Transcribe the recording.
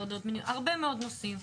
הרבה מאוד נושאים,